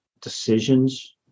decisions